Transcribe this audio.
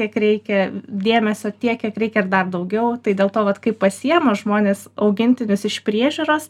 kiek reikia dėmesio tiek kiek reikia ir dar daugiau tai dėl to vat kai pasiėma žmones augintinius iš priežiūros